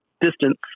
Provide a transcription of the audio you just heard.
distance